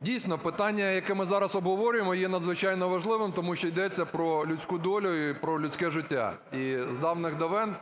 Дійсно, питання, яке ми зараз обговорюємо, є надзвичайно важливим, тому що йдеться про людську долю і про людське життя. І з давніх-давен